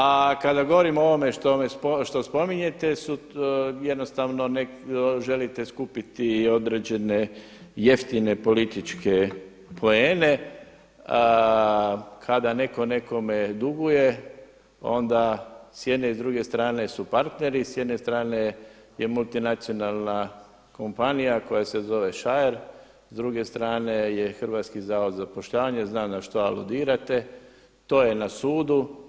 A kada govorimo o ovome što spominjete su jednostavno, želite skupiti određene jeftine političke poene, kada netko nekome duguje onda s jedne i s druge strane su partneri, s jedne strane je multinacionalna kompanija koja se zove Šajer, s druge strane je Hrvatski zavod za zapošljavanje, znam na šta aludirate, to je na sudu.